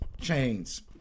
chains